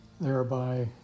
thereby